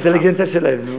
זה זלזול באינטליגנציה שלהם.